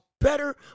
better